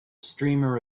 streamer